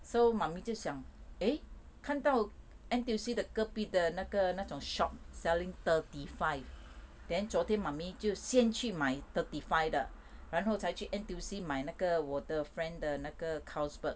so mummy 就想 eh 看到 N_T_U_C the 隔壁的那个那种 shop selling thirty five then 昨天 mummy 就先去买 thirty five 的然后才去 N_T_U_C 买那个我的 friend 的那个 carlsberg